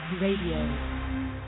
Radio